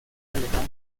alemanes